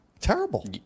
Terrible